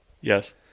Yes